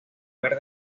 blanco